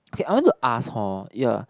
okay I want to ask hor yeah